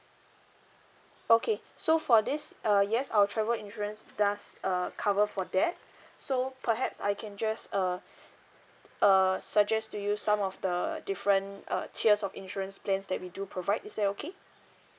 okay so for this uh yes our travel insurance does uh cover for that so perhaps I can just uh uh suggest to you some of the different uh tiers of insurance plans that we do provide is that okay